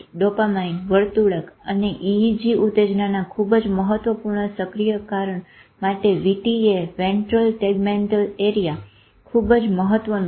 dopamine વર્તુણક અને E E G ઉતેજ્નામાં ખુબ જ મહત્વપૂર્ણ સક્રિયકારણ માટે V T A ventral tegmental area ખુબ જ મહત્વનું છે